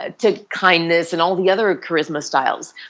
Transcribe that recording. ah to kindness and all the other ah charisma styles.